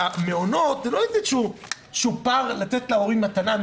המעונות זה לא צ'ופר לתת להורים מתנה,